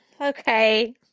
okay